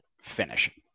finish